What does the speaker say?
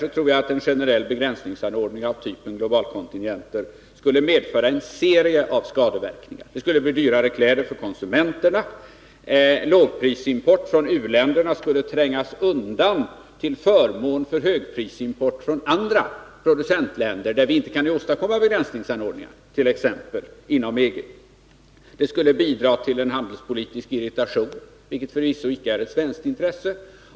Jag tror att en generell begränsningsanordning av typen globalkontingenter skulle medföra en serie av skadeverkningar. Det skulle innebära dyrare kläder för konsumenterna. Lågprisimporten från u-länderna skulle trängas undan till förmån för högprisimport från andra producentländer, där vi inte kan åstadkomma begränsningsanordningar, t.ex. inom EG. Det skulle bidra till en handelspolitisk irritation, vilket förvisso icke är något svenskt intresse.